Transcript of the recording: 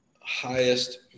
highest